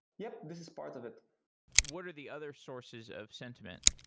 yup. this is part of it what are the other sources of sentiment?